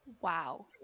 Wow